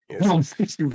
Yes